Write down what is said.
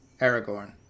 Aragorn